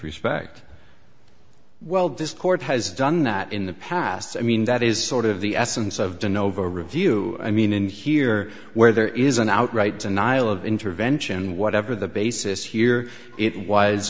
respect well this court has done that in the past i mean that is sort of the essence of the nova review i mean in here where there is an outright denial of intervention whatever the basis here it was